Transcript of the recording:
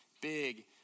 big